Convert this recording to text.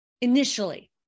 initially